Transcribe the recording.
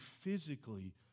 physically